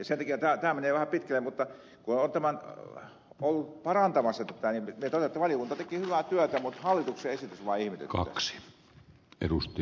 tämä menee vähän pitkälle mutta kun olen ollut parantamassa tätä niin minä totean että valiokunta teki hyvää työtä mutta hallituksen esitys vaan ihmetyttää